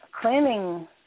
cleaning